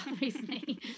recently